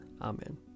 Amen